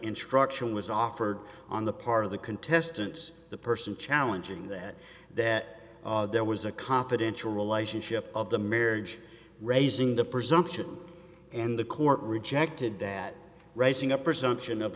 instruction was offered on the part of the contestants the person challenging that that there was a confidential relationship of the marriage raising the presumption in the court rejected that raising